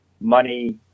money